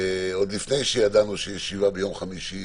עוד לפני שידענו שיש ישיבה ביום חמישי